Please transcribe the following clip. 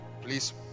please